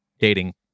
dating